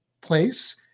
place